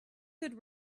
good